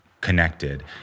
connected